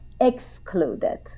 excluded